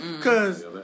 Cause